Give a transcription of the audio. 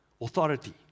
authority